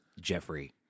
Jeffrey